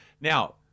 Now